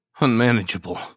unmanageable